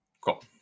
Cool